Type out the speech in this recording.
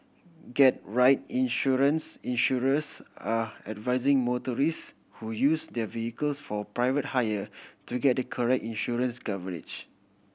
get right insurance Insurers are advising motorists who use their vehicles for private hire to get the correct insurance coverage